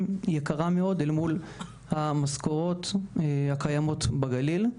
יקרה מאוד אל מול המשכורות הקיימות בגליל.